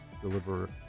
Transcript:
deliver